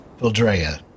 Vildrea